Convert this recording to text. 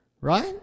right